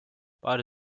beide